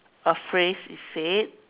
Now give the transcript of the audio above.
a phrase is said